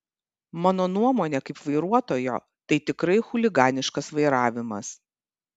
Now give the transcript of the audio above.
mano nuomonė kaip vairuotojo tai tikrai chuliganiškas vairavimas